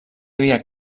havia